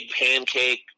pancake